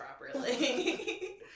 properly